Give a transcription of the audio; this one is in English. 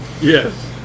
yes